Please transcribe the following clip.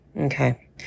Okay